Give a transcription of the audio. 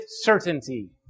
certainty